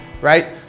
right